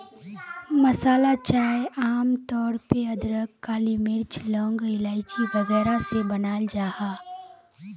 मसाला चाय आम तौर पे अदरक, काली मिर्च, लौंग, इलाइची वगैरह से बनाल जाहा